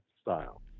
style